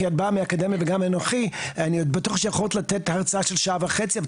אני בטוח שיכול לתת הרצאה של שעה וחצי,